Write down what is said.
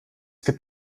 gibt